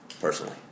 personally